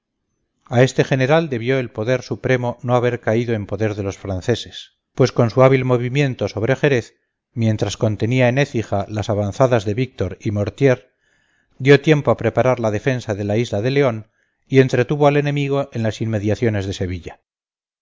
a este general debió el poder supremo no haber caído en poder de los franceses pues con su hábil movimiento sobre jerez mientras contenía en écija las avanzadas de víctor y mortier dio tiempo a preparar la defensa de la isla de león y entretuvo al enemigo en las inmediaciones de sevilla